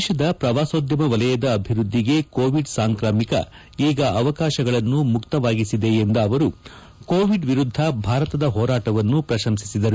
ದೇಶದ ಪ್ರವಾಸೋದ್ಯಮ ವಲಯದ ಅಭಿವೃದ್ದಿಗೆ ಕೋವಿಡ್ ಸಾಂಕ್ರಾಮಿಕ ಅವಕಾಶಗಳನ್ನು ಮುಕ್ತವಾಗಿಸಿದೆ ಎಂದ ಅವರು ಕೋವಿಡ್ ವಿರುದ್ದ ಭಾರತದ ಹೋರಾಟವನ್ನು ಅವರು ಪ್ರಶಂಸಿದರು